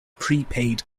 prepaid